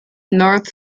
north